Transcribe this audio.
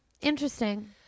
Interesting